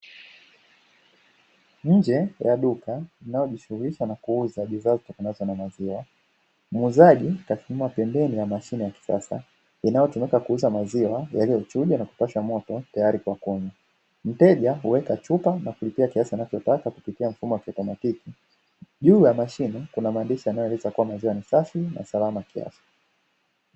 Nje ya duka linalojishughulisha na kuuza bidhaa zitokanazo na maziwa, muuzaji kasimama pembeni mwa mashine ya kisasa inayotumika kuuza maziwa yaliyo chujwa na kupashwa moto tayari kwa kunywa, mteja huweka chupa na kulipia kiasi anachotaka kupitia mfumo wa kiautomatiki juu ya mashine kuna maandishi yanayo eleza kua maziwa ni safi na salama kiafya.